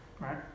Right